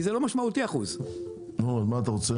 כי זה לא משמעותי, 1%. נו, אז מה אתה רוצה?